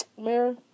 mayor